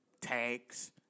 tags